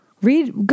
Read